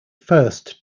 first